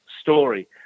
story